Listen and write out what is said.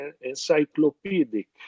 encyclopedic